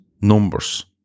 numbers